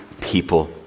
people